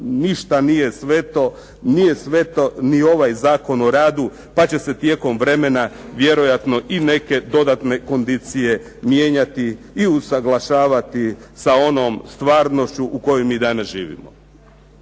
I ako ništa nije sveto ni ovaj Zakon o radu, pa će se tijekom vremena vjerojatno i neke dodatne kondicije mijenjati i usaglašavati sa onom stvarnošću u kojoj mi danas živimo.